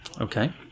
okay